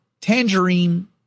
tangerine